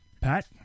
Pat